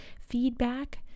feedback